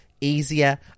easier